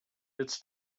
it’s